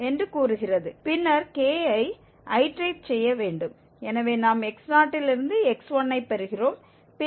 பின்னர் kஐ ஐட்டரேட் செய்ய வேண்டும் எனவே நாம் x0 இல் இருந்து x1 ஐ பெறுகிறோம்